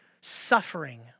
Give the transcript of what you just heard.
suffering